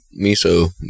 miso